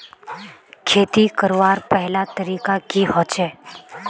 खेती करवार पहला तरीका की होचए?